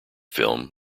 film